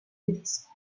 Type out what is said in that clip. tedesco